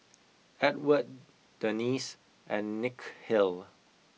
Edward Denise and Nikhil